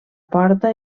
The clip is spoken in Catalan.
porta